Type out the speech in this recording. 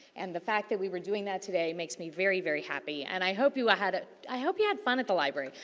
and, the fact that we were doing that today makes me very, very happy. and, i hope you ah had a, i hope you had fun at the library.